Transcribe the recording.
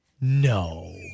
No